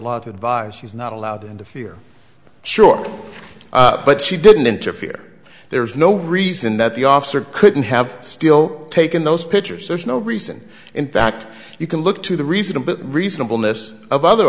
vi's she's not allowed to interfere sure but she didn't interfere there's no reason that the officer couldn't have still taken those pictures there's no reason in fact you can look to the reasonable reasonable list of other